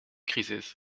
crisis